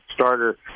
starter